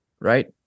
Right